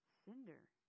Cinder